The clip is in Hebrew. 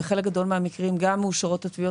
בחלק גדול מהמקרים גם מאושרות התביעות